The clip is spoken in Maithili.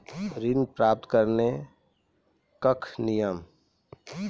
ऋण प्राप्त करने कख नियम?